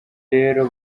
rero